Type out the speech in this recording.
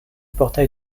portail